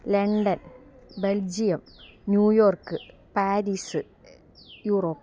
London Belgium New York Paris Europe